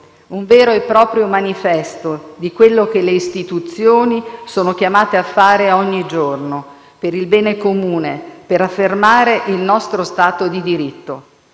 Un vero e proprio manifesto di quello che le istituzioni sono chiamate a fare ogni giorno, per il bene comune e per affermare il nostro Stato di diritto.